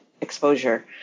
exposure